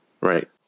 Right